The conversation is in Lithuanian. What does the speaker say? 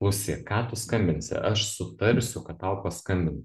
klausyk ką tu skambinsi aš sutarsiu kad tau paskambintų